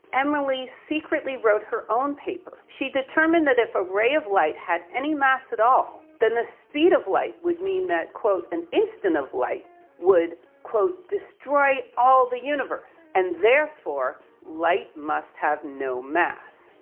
emilie secretly wrote her own paper. she determined that if a ray of light had any mass at all, then the speed of light would mean that quote, an instant of light would quote, destroy all the universe and therefore light must have no mass.